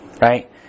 Right